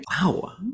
Wow